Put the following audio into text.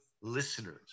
listeners